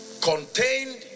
Contained